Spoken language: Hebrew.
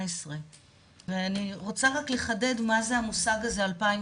2018. אני רוצה לחדד מה זה המושג הזה 2018,